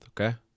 okay